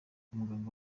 umuganga